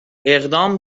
اقدام